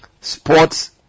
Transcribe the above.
Sports